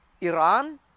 Iran